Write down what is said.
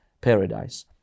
paradise